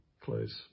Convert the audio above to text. close